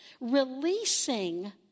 Releasing